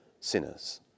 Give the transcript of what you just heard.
sinners